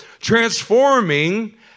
transforming